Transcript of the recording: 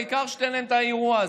העיקר שתיתן להם את האירוע הזה.